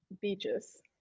beaches